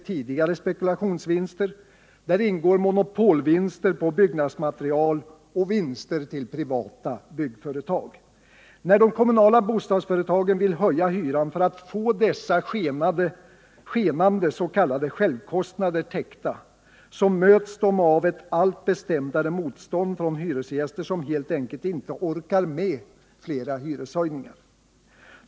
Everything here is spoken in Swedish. tidigare spekulationsvinster, monopolvinster på byggnadsmaterial och vinster till privata byggföretag. När de kommunala bostadsföretagen vill höja hyran för att få dessa skenande s.k. självkostnader täckta möts de av ett allt bestämdare motstånd från hyresgäster som helt enkelt inte orkar med flera hyreshöjningar.